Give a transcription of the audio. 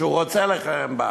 שהוא רוצה לכהן בה.